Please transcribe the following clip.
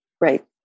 Right